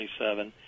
27